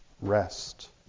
rest